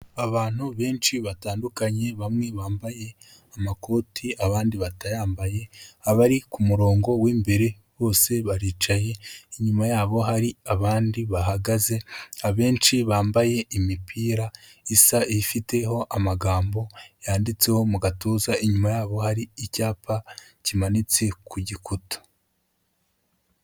Abantu benshi batandukanye, bamwe bambaye amakoti abandi batayambaye, abari ku murongo w'imbere bose baricaye inyuma yabo hari abandi bahagaze, abenshi bambaye imipira isa ifiteho amagambo yanditseho mu gatuza, inyuma yabo hari icyapa kimanitse ku gikuta.